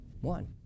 one